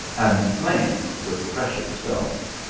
and flamed with precious stones.